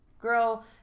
girl